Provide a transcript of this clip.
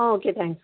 ah okay thanks